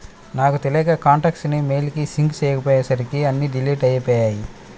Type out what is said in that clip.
నాకు తెలియక కాంటాక్ట్స్ ని మెయిల్ కి సింక్ చేసుకోపొయ్యేసరికి అన్నీ డిలీట్ అయ్యిపొయ్యాయి